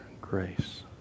grace